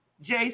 Jason